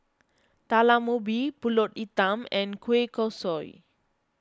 Talam Ubi Pulut Hitam and Kueh Kosui